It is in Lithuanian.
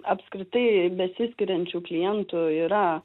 apskritai besiskiriančių klientų yra